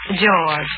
George